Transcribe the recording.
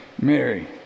Mary